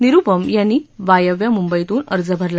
निरुपम यांनी वायव्य मुंबईतून अर्ज भरला